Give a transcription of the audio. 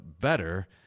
better